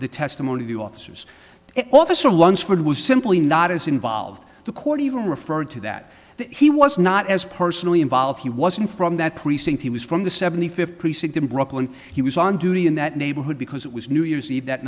the testimony of the officers officer lunsford was simply not as involved the court even referred to that he was not as personally involved he wasn't from that precinct he was from the seventy fifth precinct in brooklyn he was on duty in that neighborhood because it was new year's eve that